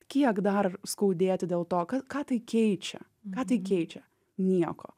kiek dar skaudėti dėl to ką ką tai keičia ką tai keičia nieko